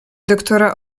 doktora